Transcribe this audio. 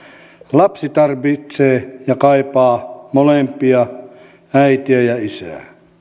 lapsi tarvitsee ja kaipaa molempia äitiä ja isää